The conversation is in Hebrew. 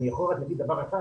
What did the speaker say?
אני יכול רק להגיד דבר אחד,